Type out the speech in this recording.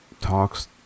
talks